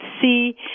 see